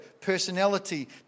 personality